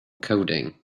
coding